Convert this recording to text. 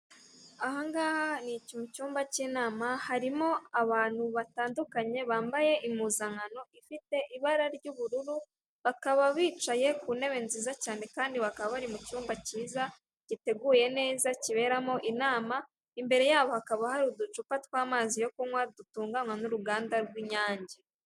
Ahangaha ni mu cyumba cy'inama harimo abantu batandukanye bambaye impuzankano ifite ibara ry'ubururu, bakaba bicaye ku ntebe nziza cyane kandi bakaba bari mu cyumba cyiza giteguye neza kiberamo inama, imbere yaboho hakaba hari uducupa tw'amazi yo kunywa dutunganywa n'uruganda rw'inyange.